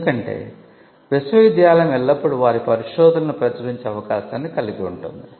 ఎందుకంటే విశ్వవిద్యాలయం ఎల్లప్పుడూ వారి పరిశోధనలను ప్రచురించే అవకాశాన్ని కలిగి ఉంటుంది